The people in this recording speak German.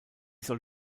soll